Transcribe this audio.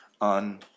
on